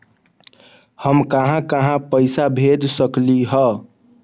हम कहां कहां पैसा भेज सकली ह?